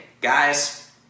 guys